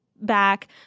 back